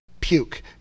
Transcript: puke